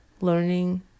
learning